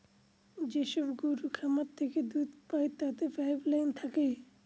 যেসব গরুর খামার থেকে দুধ পায় তাতে পাইপ লাইন থাকে